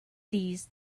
these